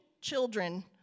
children